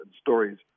stories